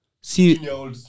see